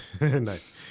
Nice